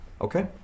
Okay